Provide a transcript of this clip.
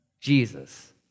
Jesus